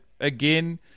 again